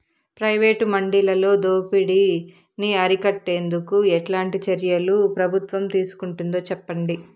Private మండీలలో దోపిడీ ని అరికట్టేందుకు ఎట్లాంటి చర్యలు ప్రభుత్వం తీసుకుంటుందో చెప్పండి?